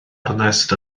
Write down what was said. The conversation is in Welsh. ornest